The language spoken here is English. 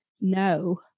no